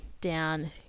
down